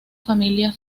familia